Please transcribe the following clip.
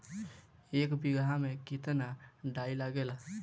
एक बिगहा में केतना डाई लागेला?